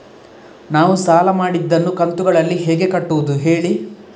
ನಾವು ಸಾಲ ಮಾಡಿದನ್ನು ಕಂತುಗಳಲ್ಲಿ ಹೇಗೆ ಕಟ್ಟುದು ಹೇಳಿ